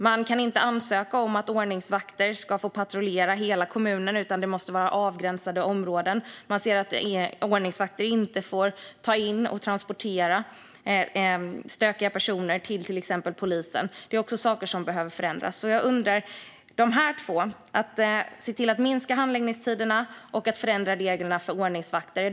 Man kan inte ansöka om att ordningsvakter ska få patrullera hela kommunen, utan det måste vara avgränsade områden. Man ser att ordningsvakter inte får ta in och transportera stökiga personer till exempelvis polisen. Det är också saker som behöver förändras. Kan justitieministern tänka sig att genomföra de här två sakerna, alltså att minska handläggningstiderna och att förändra reglerna för ordningsvakter?